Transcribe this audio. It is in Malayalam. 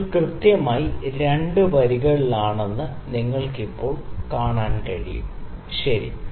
ബബിൾ കൃത്യമായി 2 വരികളിലാണെന്ന് ഇപ്പോൾ നിങ്ങൾക്ക് കാണാൻ കഴിയും ശരി